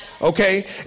Okay